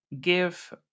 give